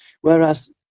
whereas